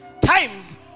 Time